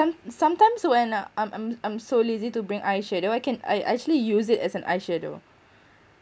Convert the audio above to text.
some sometimes when uh I'm I'm I'm so lazy to bring eye shadow I can I I actually use it as an eye shadow